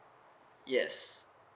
yes